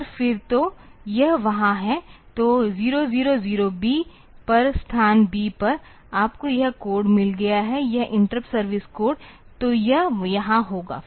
और फिर तो यह वहाँ है तो 000B पर स्थान B पर आपको यह कोड मिल गया है यह इंटरप्ट सर्विस कोड तो यह यहाँ होगा